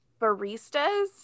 baristas